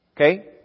Okay